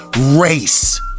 race